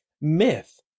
Myth